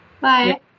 Bye